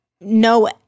no